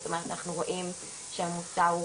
זאת אומרת אנחנו רואים שהממוצע הוא